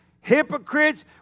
hypocrites